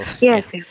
Yes